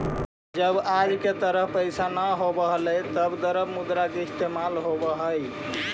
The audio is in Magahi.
जब आज की तरह पैसे न होवअ हलइ तब द्रव्य मुद्रा का इस्तेमाल होवअ हई